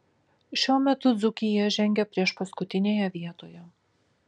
šiuo metu dzūkija žengia priešpaskutinėje vietoje